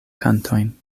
kantojn